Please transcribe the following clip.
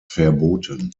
verboten